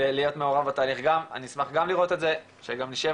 להיות מעורב בתהליך גם אני אמשח גם לראות את זה שגם נשב